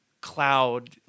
cloud